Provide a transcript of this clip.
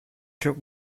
çok